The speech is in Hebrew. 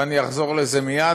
ואני אחזור לזה מייד,